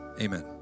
amen